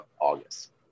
August